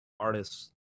artists